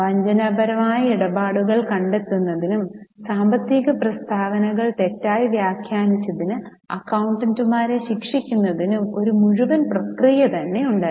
വഞ്ചനാപരമായ ഇടപാടുകൾ കണ്ടെത്തുന്നതിനും സാമ്പത്തിക പ്രസ്താവനകൾ തെറ്റായി വ്യാഖ്യാനിച്ചതിന് അക്കൌണ്ടന്റുമാരെ ശിക്ഷിക്കുന്നതിനും ഒരു മുഴുവൻ പ്രക്രിയയും ഉണ്ടായിരുന്നു